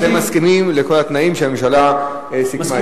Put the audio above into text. אתם מסכימים לכל התנאים שהממשלה סיכמה אתכם?